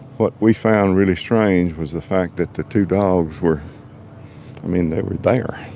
what we found really strange was the fact that the two dogs were i mean, they were there.